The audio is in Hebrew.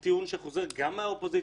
זה טיעון שחוזר גם מהאופוזיציה,